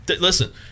listen